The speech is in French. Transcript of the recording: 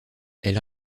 elle